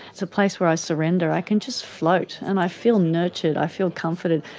it's a place where i surrender, i can just float, and i feel nurtured, i feel comforted.